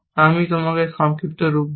আমি তোমাকে সংক্ষিপ্ত রূপ দেব